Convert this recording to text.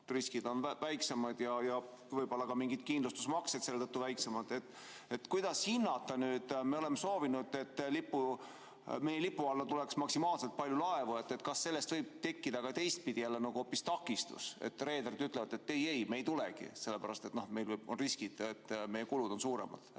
riskid on väiksemad ja võib-olla ka mingid kindlustusmaksed on selle tõttu väiksemad. Kuidas seda nüüd hinnata? Me oleme soovinud, et meie lipu alla tuleks maksimaalselt palju laevu. Kas sellest võib tekkida teistpidi jälle hoopis takistus, sest reederid ütlevad, et ei-ei, me ei tulegi, sellepärast et meil on riskid ja meie kulud võivad